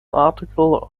article